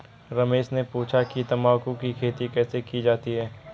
रमेश ने पूछा कि तंबाकू की खेती कैसे की जाती है?